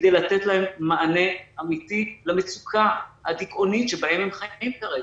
כדי לתת להם מענה אמיתי למצוקה הדיכאונית שבהם הם חיים כרגע.